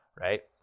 Right